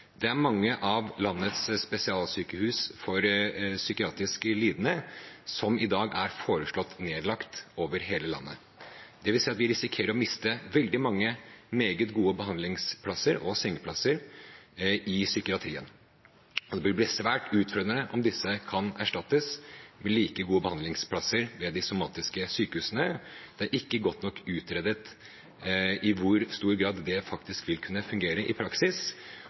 Det er mange av landets spesialsykehus for psykiatrisk lidende som i dag er foreslått nedlagt, over hele landet. Det vil si at vi risikerer å miste veldig mange meget gode behandlingsplasser og sengeplasser i psykiatrien, og det vil bli svært utfordrende å erstatte disse med like gode behandlingsplasser ved de somatiske sykehusene. Det er ikke godt nok utredet i hvor stor grad det faktisk vil kunne fungere i praksis,